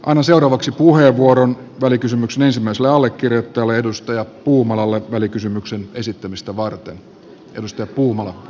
annan nyt puheenvuoron välikysymyksen ensimmäiselle allekirjoittajalle tuomo puumalalle välikysymyksen esittämistä varten risto puumala